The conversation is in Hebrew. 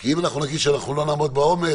כי אם אנחנו נגיד שאנחנו לא נעמוד בעומס,